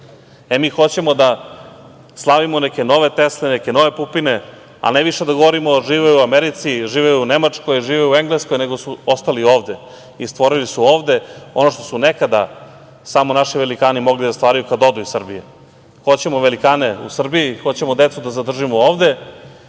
je. Mo hoćemo da slavimo neke nove Tesle, neke nove Pupine, a ne više da govorimo – živi u Americi, živi u Nemačkoj, živi u Engleskoj, nego su ostali ovde i stvorili su ovde ono što su nekada samo naši velikani mogli da stvaraju kada odu iz Srbije. Hoćemo velikane u Srbiji i hoćemo decu da zadržimo ovde.